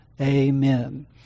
Amen